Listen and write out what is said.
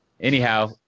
Anyhow